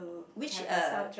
which uh